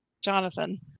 Jonathan